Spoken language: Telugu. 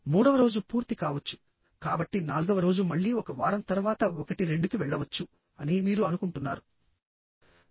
మూడవ రోజు పూర్తి కావచ్చు కాబట్టి నాల్గవ రోజు మళ్లీ ఒక వారం తర్వాత ఒకటి రెండుకి వెళ్లవచ్చు అని మీరు అనుకుంటున్నారు